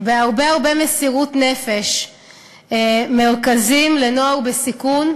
בהרבה הרבה מסירות נפש מרכזים לנוער בסיכון,